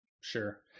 Sure